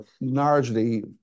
largely